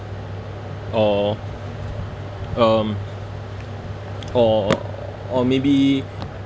or um or or maybe